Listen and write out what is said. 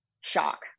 shock